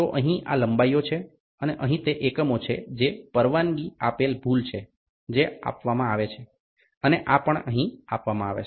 તો અહીં આ લંબાઈઓ છે અને અહીં તે એકમો છે જે પરવાનગી આપેલી ભૂલ છે જે આપવામાં આવે છે અને આ પણ અહીં આપવામાં આવે છે